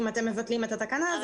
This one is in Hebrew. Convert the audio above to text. אם אתם מבטלים את התקנה הזאת.